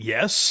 Yes